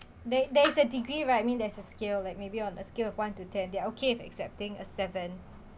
there there is a degree right I mean there's a scale like maybe on a scale of one to ten they okay if accepting a seven